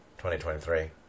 2023